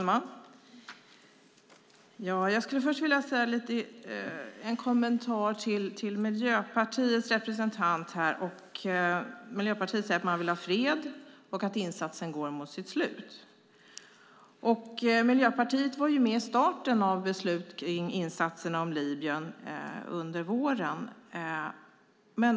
Herr talman! En kommentar till Miljöpartiets representant här: Miljöpartiet säger att man vill ha fred och att insatsen går mot sitt slut. Miljöpartiet var med vid starten beträffande beslut om insatserna i Libyen under våren.